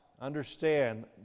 understand